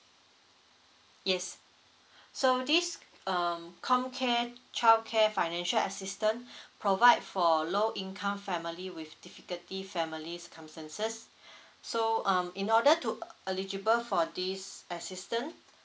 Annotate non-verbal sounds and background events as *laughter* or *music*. yes so this um comcare childcare financial assistant *breath* provide for low income family with difficulty family circumstances *breath* so um in order to eligible for this assistant